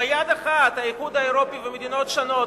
ביד אחת האיחוד האירופי ומדינות שונות